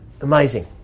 amazing